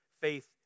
Faith